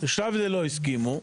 לא הסכימו,